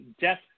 death